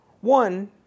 one